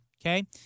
Okay